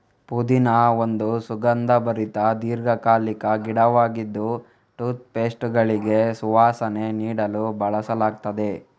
ಪುದೀನಾ ಒಂದು ಸುಗಂಧಭರಿತ ದೀರ್ಘಕಾಲಿಕ ಗಿಡವಾಗಿದ್ದು ಟೂತ್ ಪೇಸ್ಟುಗಳಿಗೆ ಸುವಾಸನೆ ನೀಡಲು ಬಳಸಲಾಗ್ತದೆ